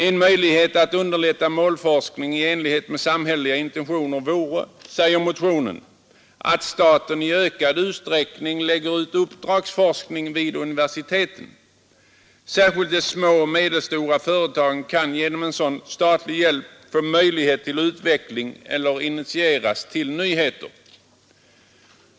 En möjlighet att underlätta målforskning i enlighet med samhälleliga intentioner är, sägs det i motionen, att staten i ökad utsträckning lägger ut uppdragsforskning till universiteten. Särskilt de små och medelstora företagen kan genom sådan statlig hjälp få möjlighet till utveckling eller initieras till nyheter.